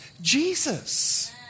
Jesus